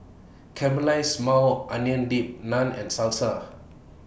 Caramelized Maui Onion Dip Naan and Salsa